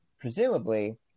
presumably